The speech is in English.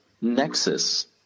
nexus